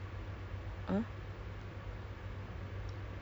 ya lah tengok condition dia lah you know some people they just